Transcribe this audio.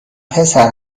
پسر